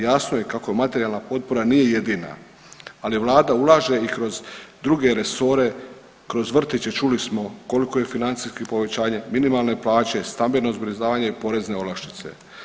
Jasno je kako materijalna potpora nije jedina, ali vlada ulaže i kroz druge resore, kroz vrtiće, čuli smo koliko je financijski povećanje minimalne plaće, stambeno zbrinjavanje i porezne olakšice.